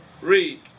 read